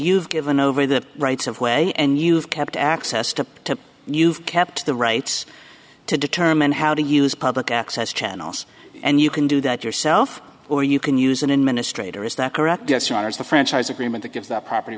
you've given over the rights of way and you've kept access to you've kept the rights to determine how to use public access channels and you can do that yourself or you can use an administrator is that correct yes or honors the franchise agreement that gives that property